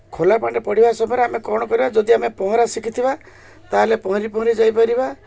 ଖୋଲା ପାଣିରେ ପଡ଼ିବା ସମୟରେ ଆମେ କ'ଣ କରିବା ଯଦି ଆମେ ପହଁରା ଶିଖିଥିବା ତାହେଲେ ପହଁରି ପହଁରି ଯାଇପାରିବା